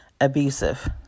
abusive